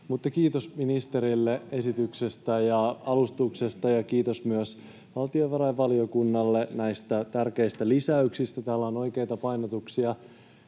Kiitos ministerille esityksestä ja alustuksesta, ja kiitos myös valtiovarainvaliokunnalle näistä tärkeistä lisäyksistä. Täällä on oikeita painotuksia.